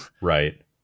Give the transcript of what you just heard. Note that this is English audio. Right